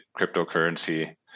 cryptocurrency